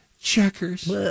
checkers